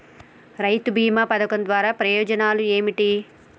రైతు బీమా పథకం ద్వారా ఉపయోగాలు ఏమిటి?